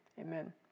amen